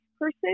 person